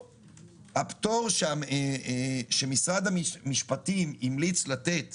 הפטור שמשרד המשפטים המליץ לתת